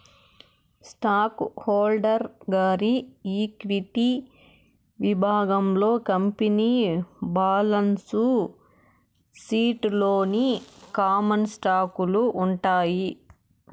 stock holder గారి equity విభాగంలో company balance sheet లోని కామన్ స్టాకులు ఉంటాయి